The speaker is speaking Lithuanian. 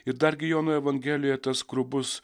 ir dargi jono evangelija tas grubus